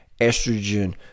estrogen